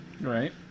Right